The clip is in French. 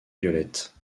violette